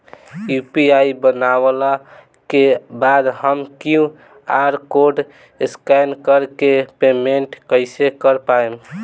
UPI बनला के बाद हम क्यू.आर कोड स्कैन कर के पेमेंट कइसे कर पाएम?